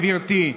גברתי.